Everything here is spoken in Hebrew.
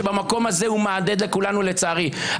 שבמקום הזה הוא מהדהד לכולנו לצערי.